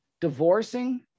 divorcing